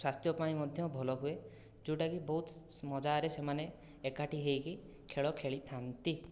ସ୍ୱାସ୍ଥ୍ୟ ପାଇଁ ମଧ୍ୟ ଭଲ ହୁଏ ଯେଉଁଟାକି ବହୁତ ମଜାରେ ସେମାନେ ଏକାଠି ହେଇକି ଖେଳ ଖେଳିଥାନ୍ତି